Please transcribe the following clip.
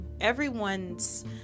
everyone's